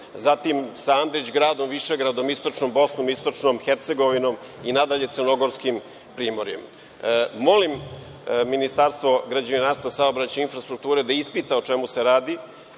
zatim sa Andrićgradom, Višegradom, istočnom Bosnom, istočnom Hercegovinom i nadalje, Crnogorskim primorjem. Molim Ministarstvo građevinarstva, saobraćaja i infrastrukture da ispita o čemu se radi,